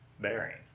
bearing